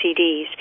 CDs